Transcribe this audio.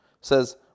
says